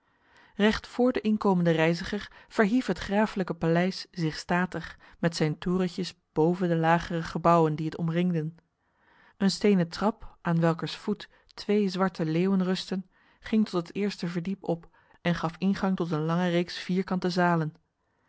recht voor de inkomende reiziger verhief het graaflijk paleis zich statig met zijn torentjes boven de lagere gebouwen die het omringden een stenen trap aan welkers voet twee zwarte leeuwen rustten ging tot het eerste verdiep op en gaf ingang tot een lange reeks vierkante zalen